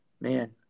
man